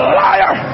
liar